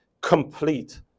complete